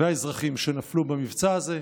והאזרחים שנפלו במבצע הזה,